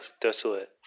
desolate